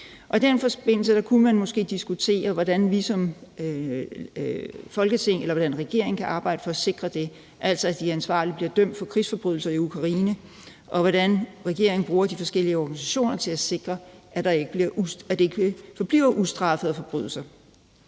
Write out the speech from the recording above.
i den forbindelse kunne man måske diskutere, hvordan vi som Folketing eller hvordan regeringen kan arbejde for at sikre det, altså at de ansvarlige bliver dømt for krigsforbrydelser i Ukraine, og hvordan regeringen bruger de forskellige organisationer til at sikre, at det ikke forbliver ustraffet at forbryde sig.